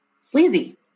sleazy